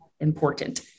important